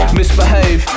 misbehave